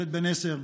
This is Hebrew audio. ילד בן 10,